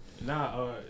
nah